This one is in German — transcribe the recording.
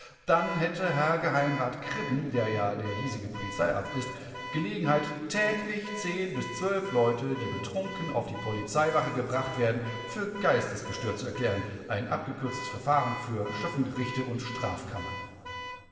dann hätte herr geheimrat kribben der ja der hiesige polizeiarzt ist gelegenheit täglich leute die betrunken auf die polizeiwache gebracht werden für geistesgestört zu erklären ein abgekürztes verfahren für schöffengerichte und strafkammern